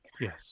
Yes